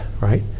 Right